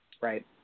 right